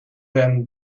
them